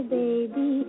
baby